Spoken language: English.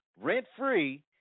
rent-free